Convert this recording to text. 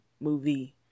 movie